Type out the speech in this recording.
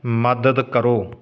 ਮਦਦ ਕਰੋ